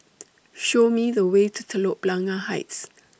Show Me The Way to Telok Blangah Heights